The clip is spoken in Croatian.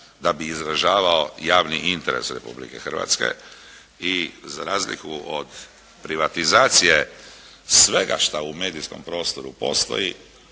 da bi izražavao javni interes Republike Hrvatske. I za razliku od privatizacije svega šta u medijskom prostoru postoji